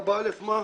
(4)(א) מה?